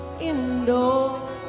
indoors